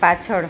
પાછળ